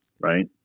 right